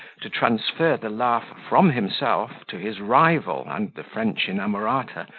to transfer the laugh from himself to his rival and the french inamorata,